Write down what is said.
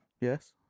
Yes